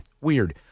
weird